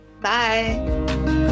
Bye